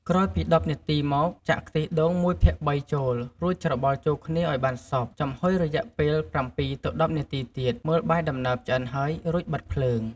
ក្រោយពី១០នាទីមក ចាក់ខ្ទិះដូង១ភាគ៣ ចូល រួចច្របល់ចូលគ្នាឱ្យបានសព្វ ចំហុយរយៈពេល ៧ទៅ១០នាទីទៀត មើលបាយដំណើបឆ្អិនហើយ រួចបិទភ្លើង។